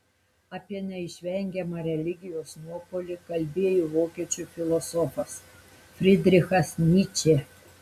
apie neišvengiamą religijos nuopuolį kalbėjo vokiečių filosofas frydrichas nyčė